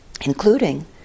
including